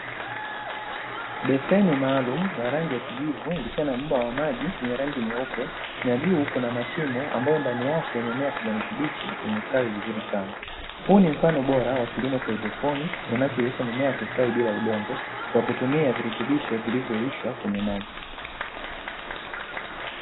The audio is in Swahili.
Beseni maalumu la rangi ya kijivu likiwa na muundo wa maji la rangi nyeupe, na juu kuna mashimo ambayo ndani yake mimea ya kijani kibichi imestawi vizuri sana. Huu ni mfano bora wa kilimo cha haidroponi unachowezesha mimea ya kustawi bila udongo, kwa kutumia virutubisho vilivyoishwa kwenye maji.